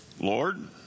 Lord